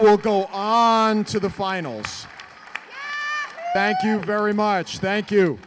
will go on to the finals thank you very much thank you